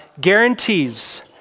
guarantees